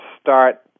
start